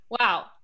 wow